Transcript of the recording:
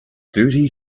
thirty